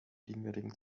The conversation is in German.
gegenwärtigen